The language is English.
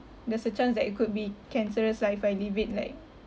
there's a chance that it could be cancerous lah if I leave it like